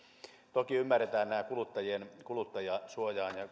toki ymmärretään nämä kuluttajansuojaan ja